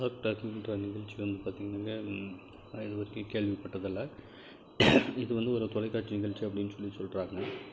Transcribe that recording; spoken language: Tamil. ஷார்க் டேக்குங்ற நிகழ்ச்சி வந்து பார்த்தீங்கன்னாக்கா நான் இது வரைக்கும் கேள்விப்பட்டதில்லை இது வந்து ஒரு தொலைக்காட்சி நிகழ்ச்சி அப்படின்னு சொல்லி சொல்கிறாங்க